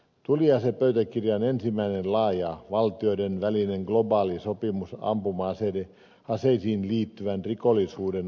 tuliasepöytäkirja on ensimmäinen laaja valtioiden välinen globaali sopimus ampuma aseisiin liittyvän rikollisuuden vastustamisessa